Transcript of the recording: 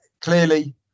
Clearly